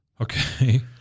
Okay